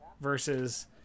versus